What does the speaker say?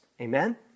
Amen